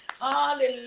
Hallelujah